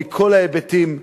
מכל ההיבטים,